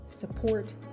support